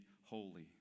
holy